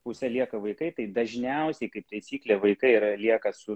puse lieka vaikai tai dažniausiai kaip taisyklė vaikai yra lieka su